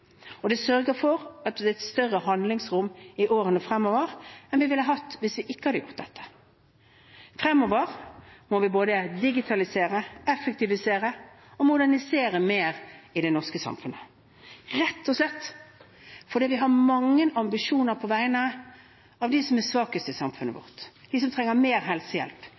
områder. Det sørger for et større handlingsrom i årene fremover enn vi ville hatt hvis vi ikke hadde gjort dette. Fremover må vi både digitalisere, effektivisere og modernisere mer i det norske samfunnet, rett og slett fordi vi har mange ambisjoner på vegne av dem som er svakest i samfunnet vårt – de som trenger mer helsehjelp,